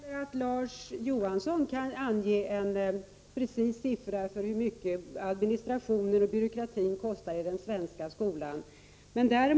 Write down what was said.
Fru talman! Jag tror inte att Larz Johansson heller kan ange en exakt siffra för hur mycket administrationen och byråkratin i den svenska skolan kostar.